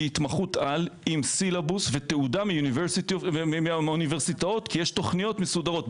היא התמחות-על עם סילבוס ותעודה מהאוניברסיטאות כי יש תוכניות מסודרות.